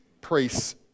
priests